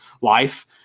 life